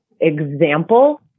example